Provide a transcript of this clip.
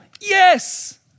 yes